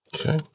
Okay